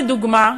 לדוגמה,